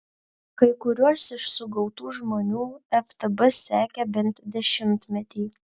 kai kuriuos iš sugautų žmonių ftb sekė bent dešimtmetį